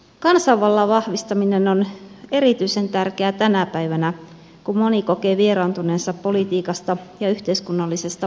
kansanvallan vahvistaminen on erityisen tärkeää tänä päivänä kun moni kokee vieraantuneensa politiikasta ja yhteiskunnallisesta vaikuttamisesta